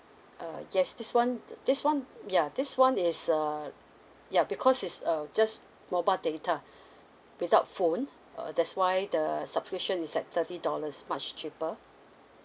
err yes this one this one ya this one is err ya because it's uh just mobile data without phone uh that's why the subscription is at thirty dollars much cheaper